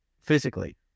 physically